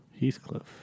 Heathcliff